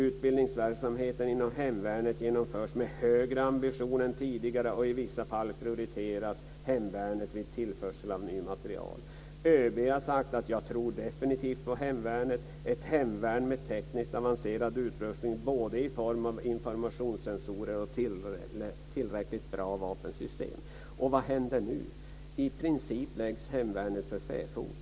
Utbildningsverksamheten inom hemvärnet genomförs med högre ambition än tidigare och i vissa fall prioriteras hemvärnet vid tillförsel av ny material. ÖB har sagt att han definitivt tror på hemvärnet, ett hemvärn med tekniskt avancerad utrustning både i form av informationscensorer och tillräckligt bra vapensystem. Och vad händer nu? I princip läggs hemvärnet för fäfot.